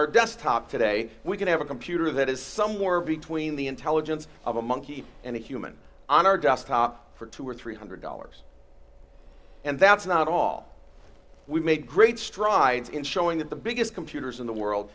our desktop today we can have a computer that is somewhere between the intelligence of a monkey and a human on our desktop for two or three hundred dollars and that's not all we've made great strides in showing that the biggest computers in the world